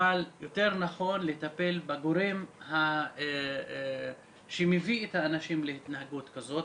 אבל יותר נכון לטפל בגורם שמביא את האנשים להתנהגות כזאת.